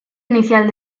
inicial